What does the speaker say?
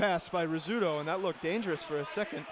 pass by resume and that look dangerous for a second